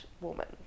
woman